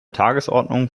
tagesordnung